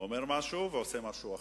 אומר משהו ועושה משהו אחר,